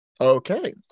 Okay